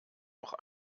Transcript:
noch